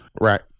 Right